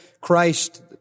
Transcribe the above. Christ